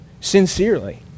sincerely